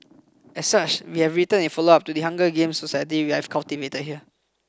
as such we are written a follow up to the Hunger Games society we have cultivated here